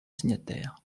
signataire